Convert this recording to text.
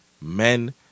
men